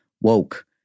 woke